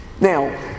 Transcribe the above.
Now